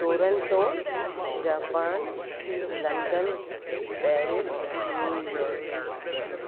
Toronto Japan London Paris New York